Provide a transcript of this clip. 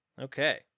Okay